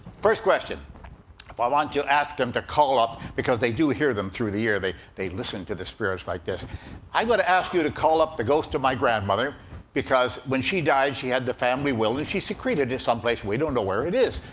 first question if i want to ask them to call up because they do hear them through the ear. they they listen to the spirits like this i'm going to ask you to call up the ghost of my grandmother because, when she died, she had the family will, and she secreted it someplace. we don't know where it is,